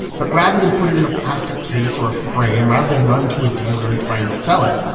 but rather than put it in a plastic case or a frame, rather than run to a dealer and try and sell it,